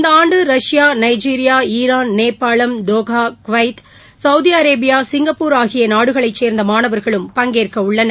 இந்த ஆண்டு Russia Nigeria Iran நேபாளம் Doha Kuwait Saudi Arabia Singapore ஆகிய நாடுகளை சேர்ந்த மாணவர்களும் பங்கேற்க உள்ளனர்